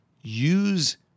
use